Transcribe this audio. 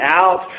out